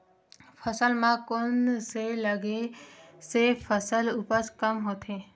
फसल म कोन से लगे से फसल उपज कम होथे?